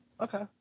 Okay